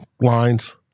lines